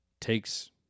takes